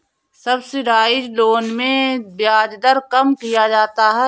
subsidised loan में ब्याज दर कम किया जाता है